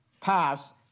pass